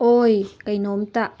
ꯑꯣꯏ ꯀꯩꯅꯣꯝꯇ